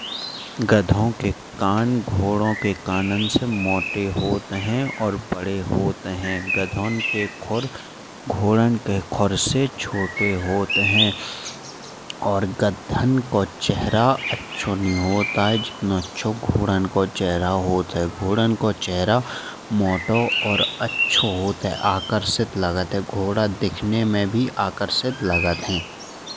गधों के कान घोड़ों के कानों से मोटे होत हैं और बड़े होत हैं। गधों के खुर घोड़ों के खुर से छोटे होत हैं। और गधियों को चेहरा अच्छो नहीं होत। आये जितनो अच्छो घोड़ियों को चेहरा होत हैं। घोड़ियों को चेहरा मोटों होत है अच्छो लागत है आकर्षित लागत है और घोड़ा दिखने में भी आकर्षित लागत है।